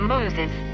Moses